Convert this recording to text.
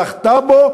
זכתה בו,